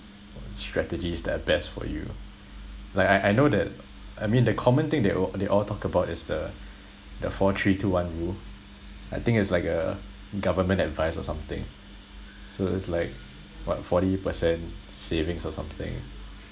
strategies that are best for you like I I know that I mean the common thing they all they all talk about is the the four three two one rule I think it's like a government advice or something so it's like what forty percent savings or something